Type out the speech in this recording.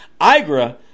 IGRA